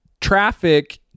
traffic